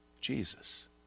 Jesus